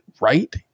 right